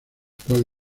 cual